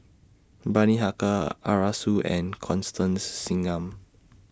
Bani Haykal Arasu and Constance Singam